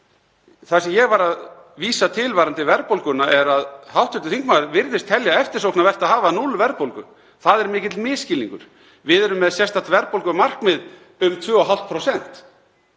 Það sem ég var að vísa til varðandi verðbólguna er að hv. þingmaður virðist telja eftirsóknarvert að hafa enga verðbólgu. Það er mikill misskilningur. Við erum með sérstakt verðbólgumarkmið um 2,5%.